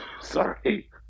Sorry